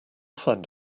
find